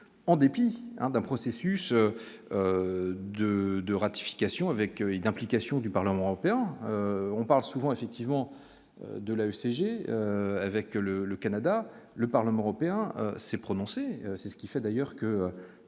En dépit d'un processus de de ratification avec une implication du Parlement européen, on parle souvent, effectivement, de la CGT, avec le, le Canada, le Parlement européen s'est prononcé, c'est ce qui fait d'ailleurs que